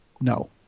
no